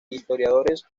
historiadores